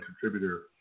contributor